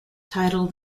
titled